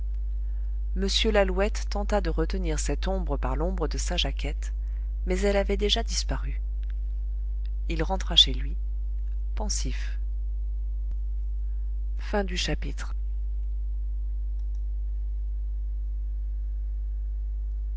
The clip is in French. m lalouette tenta de retenir cette ombre par l'ombre de sa jaquette mais elle avait déjà disparu il rentra chez lui pensif